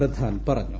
പ്രധാൻ പറഞ്ഞു